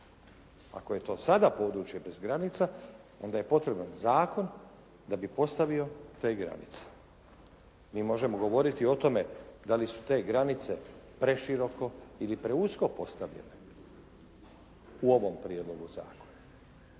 Ako je to sada područje bez granica onda je potreban zakon da bi postavio te granice. Mi možemo govoriti o tome da li su te granice preširoko ili preusko postavljene u ovom prijedlogu zakona